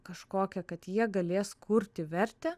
kažkokią kad jie galės kurti vertę